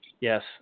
Yes